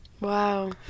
Wow